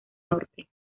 norte